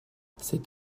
c’est